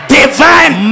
divine